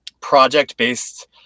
project-based